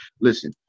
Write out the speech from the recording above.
Listen